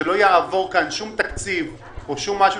שלא יעבור כאן שום תקציב או שום משהו